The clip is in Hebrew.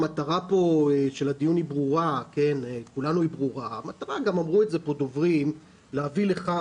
המטרה של הדיון היא ברורה וגם אמרו כאן דוברים שהמטרה היא להביא לכך